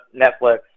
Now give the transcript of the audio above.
Netflix